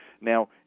Now